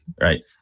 right